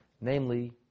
namely